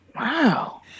Wow